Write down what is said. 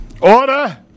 Order